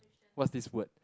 what's this word